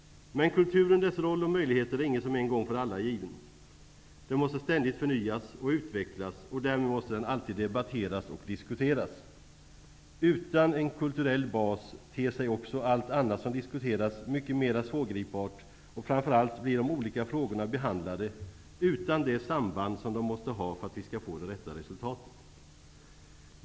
Men kulturen, dess roll och möjligheter, är inget som är en gång för alla givet. Den måste ständigt förnyas och utvecklas, och därmed måste den alltid debatteras och diskuteras. Utan en kulturell bas ter sig också allt annat som diskuteras mycket mera svårgripbart, och framför allt blir de olika frågorna behandlade utan det samband som de måste ha för att vi skall få det rätta resultatet.